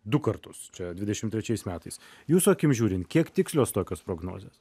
du kartus čia dvidešim trečiais metais jūsų akim žiūrint kiek tikslios tokios prognozės